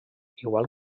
igual